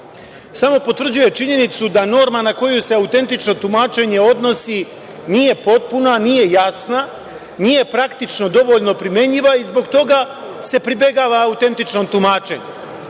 Samo potvrđuje činjenicu da norma na koju se autentično tumačenje odnosi nije potpuna, nije jasna, nije praktično dovoljno primenjiva i zbog toga se pribegava autentičnom tumačenju